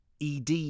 ED